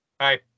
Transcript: Hi